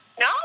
No